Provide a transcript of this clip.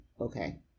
okay